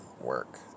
work